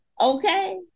okay